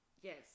yes